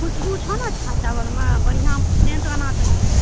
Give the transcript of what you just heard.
खुशबु छौ ने चावलमे हाँ बढ़ियाॅं सेन्ट आना चाहिए